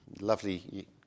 lovely